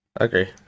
Okay